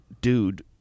dude